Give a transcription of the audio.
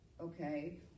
okay